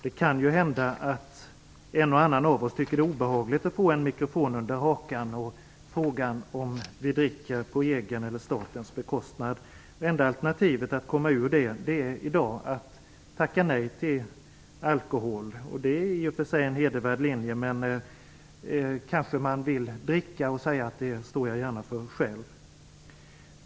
Det kan ju hända att en och annan av oss tycker att det är obehagligt att få en mikrofon under hakan och frågan om vi dricker på egen eller statens bekostnad. Det enda alternativet för att komma ur situationen är att tacka nej till alkohol. Det är i och för sig en hedervärd linje, men man vill kanske dricka och kan då säga att man gärna står för det själv.